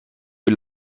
für